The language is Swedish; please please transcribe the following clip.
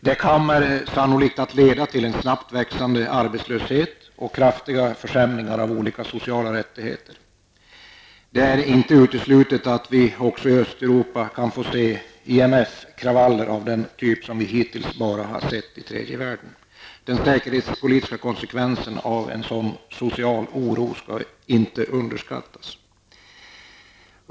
Det kommer sannolikt att leda till en snabbt växande arbetslöshet och kraftiga försämringar av olika sociala rättigheter. Det är inte uteslutet att vi även i Östeuropa kan få se ''IMF-kravaller'' av den typ som vi hittills har sett bara i tredje världen. De säkerhetspolitiska konsekvenserna av en sådan social oro skall inte underskattas.